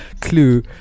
Clue